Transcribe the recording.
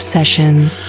Sessions